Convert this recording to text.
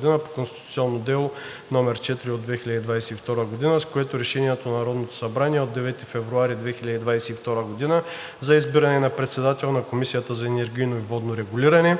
2022 г. по конституционно дело № 4 от 2022 г., с което Решението на Народното събрание от 9 февруари 2022 г. за избиране на председател на Комисията за енергийно и водно регулиране